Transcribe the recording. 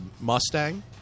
Mustang